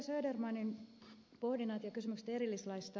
södermanin pohdinnat ja kysymykset erillislaista